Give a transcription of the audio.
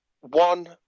one